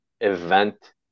event